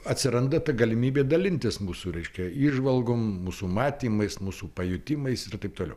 atsiranda ta galimybė dalintis mūsų raiškia įžvalgom mūsų matymais mūsų pajutimais ir taip toliau